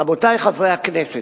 רבותי חברי הכנסת,